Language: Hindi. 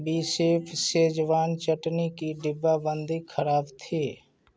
बीशेफ़ शेज़वान चटनी की डिब्बाबंदी ख़राब थी